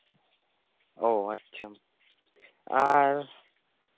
ᱚ ᱟᱪᱪᱷᱟ ᱟᱨ